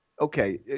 okay